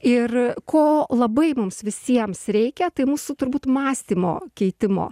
ir ko labai mums visiems reikia tai mūsų turbūt mąstymo keitimo